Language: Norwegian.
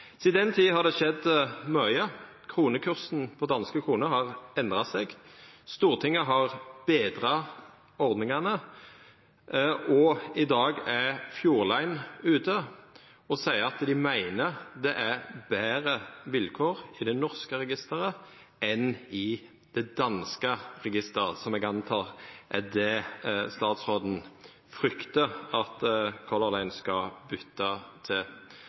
den tida har det skjedd mykje. Kronekursen for danske kroner har endra seg. Stortinget har betra ordningane, og i dag seier Fjord Line at dei meiner det er betre vilkår i det norske registeret enn i det danske registeret, som eg antek er det statsråden fryktar at Color Line skal byta til.